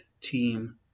team